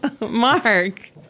Mark